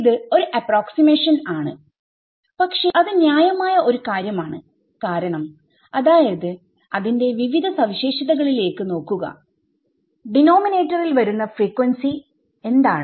ഇത് ഒരു അപ്രോക്സിമേഷൻ ആണ് പക്ഷെ അത് ന്യായമായ ഒരു കാര്യമാണ്കാരണം അതായത് അതിന്റെ വിവിധ സവിശേഷതകളിലേക്ക് നോക്കുകഡെനോമിനേറ്ററിൽവരുന്ന ഫ്രക്വൻസി ടെർമ് എന്താണ്